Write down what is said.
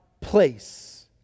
place